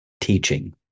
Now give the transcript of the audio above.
teaching